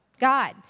God